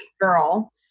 girl